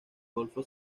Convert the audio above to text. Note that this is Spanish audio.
golfo